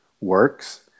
works